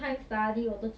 ya ya